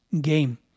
game